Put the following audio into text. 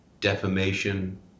defamation